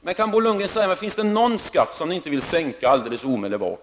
Men finns det alltså, Bo Lundgren, någon skatt som ni inte vill sänka omedelbart?